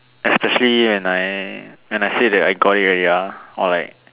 especially when I when I say that I got it already ah or like